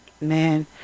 Man